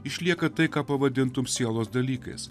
išlieka tai ką pavadintum sielos dalykais